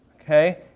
Okay